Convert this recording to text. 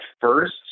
first